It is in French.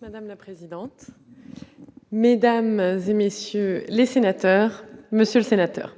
Madame la présidente. Mesdames et messieurs les sénateurs, Monsieur le Sénateur,